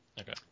Okay